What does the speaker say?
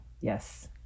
Yes